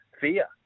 fear